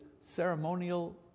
ceremonial